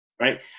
right